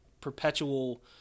perpetual